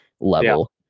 level